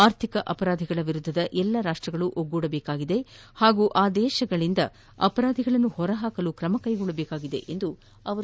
ಆರ್ಥಿಕ ಅಪರಾಧಿಗಳ ವಿರುದ್ಧ ಎಲ್ಲ ರಾಷ್ಟಗಳು ಒಗ್ಗೂಡಬೇಕು ಹಾಗೂ ಆ ದೇಶಗಳಿಂದ ಅಪರಾಧಿಗಳನ್ನು ಹೊರಹಾಕಲು ಕ್ರಮಕ್ಷೆಗೊಳ್ಳಬೇಕು ಎಂದರು